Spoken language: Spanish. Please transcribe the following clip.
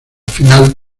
final